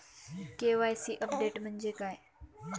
KYC update म्हणजे काय?